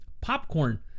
popcorn